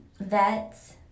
vets